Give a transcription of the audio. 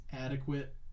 adequate